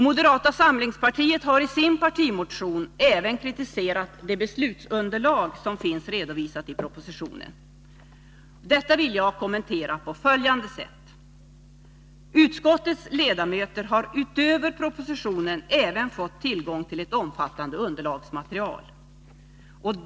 Moderata samlingspartiet har i sin partimotion även kritiserat det beslutsunderlag som finns redovisat i propositionen. Detta vill jag kommentera på följande sätt. Utskottets ledamöter har utöver propositionen även fått tillgång till ett omfattande underlagsmaterial.